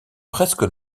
presque